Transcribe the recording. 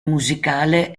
musicale